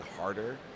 harder